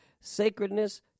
sacredness